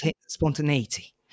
spontaneity